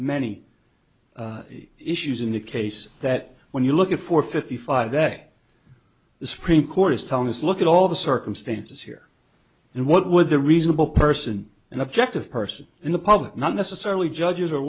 many issues in the case that when you look at four fifty five that the supreme court is telling us look at all the circumstances here and what would the reasonable person and objective person in the public not necessarily judges or